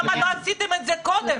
למה לא עשיתם את זה קודם?